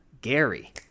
gary